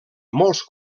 molts